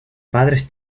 padres